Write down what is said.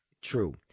true